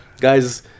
guys